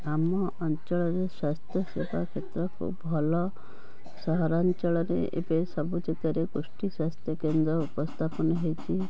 ଆମ ଅଞ୍ଚଳରେ ସ୍ଵାସ୍ଥ୍ୟ ସେବାକେନ୍ଦ୍ର ଖୁବ ଭଲ ସହରାଞ୍ଚଳରେ ଏବେ ସବୁଜାଗାରେ ଗୋଷ୍ଠୀ ସ୍ଵାସ୍ଥ୍ୟକେନ୍ଦ୍ର ଉପସ୍ଥାପନ ହେଇଛି